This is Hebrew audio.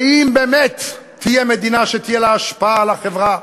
ואם באמת תהיה מדינה שתהיה לה השפעה על החברה,